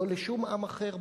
לא לשום אחר בעולם.